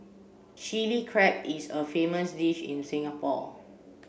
Chilli Crab is a famous dish in Singapore